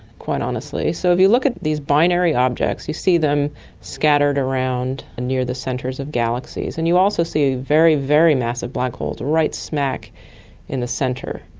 quite honestly. so if you look at these binary objects, you see them scattered around near the centres of galaxies, and you also see very, very massive black holes right smack in the centre.